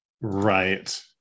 Right